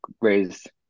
raised